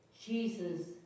Jesus